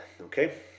Okay